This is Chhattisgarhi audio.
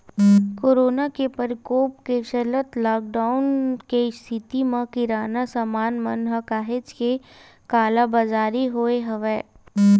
कोरोना के परकोप के चलत लॉकडाउन के इस्थिति म किराना समान मन म काहेच के कालाबजारी होय हवय